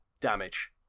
damage